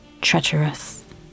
treacherous